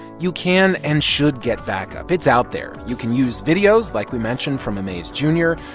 you can and should get backup. it's out there. you can use videos, like we mentioned from amaze jr.